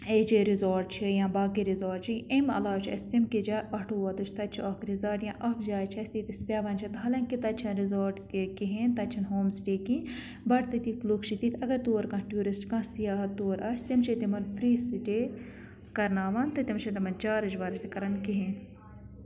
H اے resort چھِ یا باقٕے رِزاٹ چھِ ایٚمہِ علاوٕ چھِ أسۍ تِم کہِ تہِ چھِ تَتہِ چھِ اَکھ رِزاٹ یا اَکھ جاے چھِ اَسہِ ییٚتٮ۪س بیٚہوان چھِ حالانکہ تَتہِ چھَنہٕ رِزاٹ کہِ کِہیٖنۍ تَتہِ چھِنہٕ ہوم سِٹے کینٛہہ بٹ تَتِکۍ لوٗکھ چھِ تِتھ اگر تور کانٛہہ ٹوٗرِسٹ کانٛہہ سیاح تور آسہِ تِم چھِ تِمَن فِرٛی سِٹے کَرناوان تہٕ تِم چھِ تِمَن جارٕج وارٕج تہِ کَران کِہیٖنۍ